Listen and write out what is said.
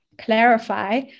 clarify